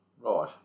Right